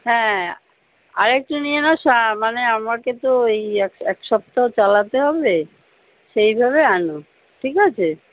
হ্যাঁ আর একটু নিয়ে নাও সা মানে আমাকে তো এই ইয়া এক সপ্তাহ চালাতে হবে সেইভাবে আনো ঠিক আছে